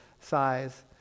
size